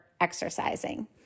exercising